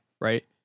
Right